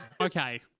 Okay